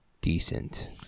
decent